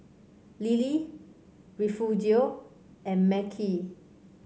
Lillie Refugio and Mekhi